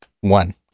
one